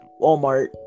Walmart